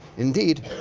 indeed,